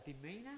demeanor